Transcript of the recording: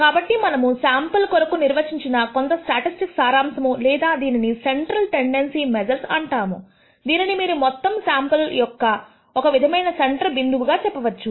కాబట్టి మనము శాంపుల్ కొరకు నిర్వచించిన కొంత స్టాటిస్టిక్స్ సారాంశము లేదా దీనిని సెంట్రల్ టెండెన్సీ మెజర్స్ అంటాము దీనిని మీరు మొత్తం శాంపుల్ యొక్క ఒక విధమైన సెంటర్ బిందువుగా చెప్పవచ్చు